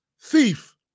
Thief